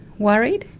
worried.